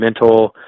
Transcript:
mental